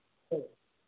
अच्छा